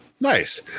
Nice